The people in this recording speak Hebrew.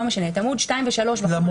בסדר.